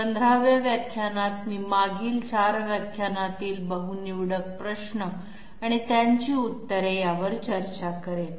15 व्या व्याख्यानात मी मागील 4 व्याख्यानातील बहु निवडक प्रश्न आणि त्यांची उत्तरे यावर चर्चा करेन